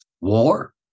war